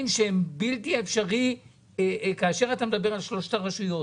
שהם בלתי אפשריים כשאתה מדבר על שלושת הרשויות.